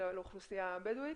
לאוכלוסייה הבדואית.